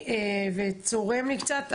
הם קמים בבוקר ויכולים למות מכדור טועה.